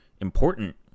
important